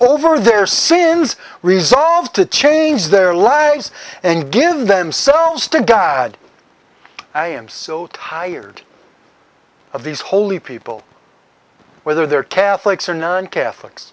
over their sins resolved to change their lives and give themselves to god i am so tired of these holy people whether they're catholics or none catholics